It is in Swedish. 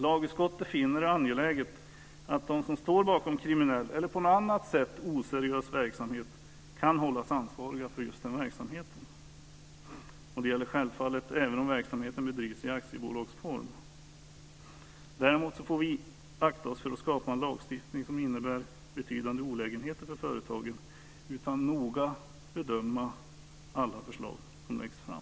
Lagutskottet finner det angeläget att de som står bakom kriminell eller på annat sätt oseriös verksamhet kan hållas ansvariga för just den verksamheten. Det gäller självfallet även om verksamheten bedrivs i aktiebolagsform. Däremot får vi akta oss för att skapa en lagstiftning som innebär betydande olägenheter för företagen, utan noga bedöma alla förslag som läggs fram.